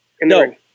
No